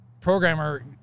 programmer